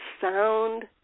sound